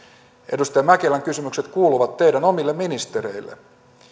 edustaja mäkelän kysymykset kuuluvat teidän omille ministereillenne